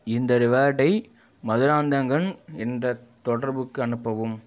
இந்த ரிவார்டை மதுராந்தகன் என்ற தொடர்புக்கு அனுப்பவும்